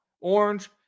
orange